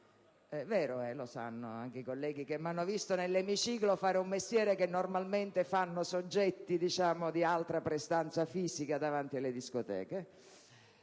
È vero, lo sanno anche i colleghi che mi hanno visto nell'emiciclo fare un mestiere che normalmente svolgono soggetti di altra prestanza fisica, davanti alle discoteche.